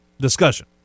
discussion